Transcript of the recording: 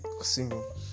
single